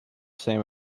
same